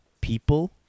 people